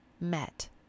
met